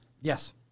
Yes